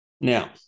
now